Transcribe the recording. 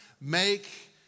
Make